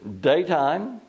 daytime